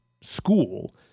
school